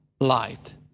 light